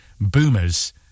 boomers